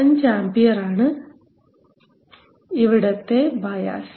5 ampere ആണ് ഇവിടത്തെ bias